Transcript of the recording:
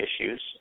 issues